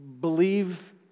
believe